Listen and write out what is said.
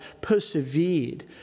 persevered